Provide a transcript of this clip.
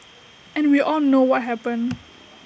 and we all know what happened